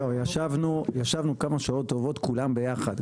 ישבנו כמה שעות טובות כולם ביחד,